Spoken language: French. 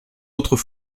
autres